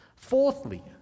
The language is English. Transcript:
Fourthly